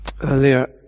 earlier